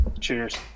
Cheers